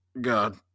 God